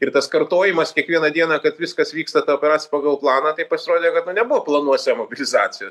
ir tas kartojimas kiekvieną dieną kad viskas vyksta ta operacija pagal planą tai pasirodė kad nu nebuvo planuose mobilizacijos